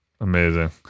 Amazing